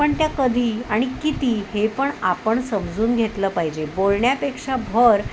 पण त्या कधी आणि किती हे पण आपण समजून घेतलं पाहिजे बोलण्यापेक्षा भर